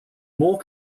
more